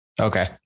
Okay